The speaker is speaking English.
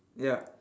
ya